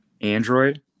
Android